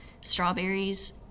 strawberries